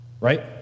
right